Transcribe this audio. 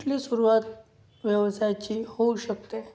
कुठली सुरूवात व्यवसायाची होऊ शकते